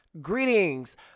greetings